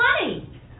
money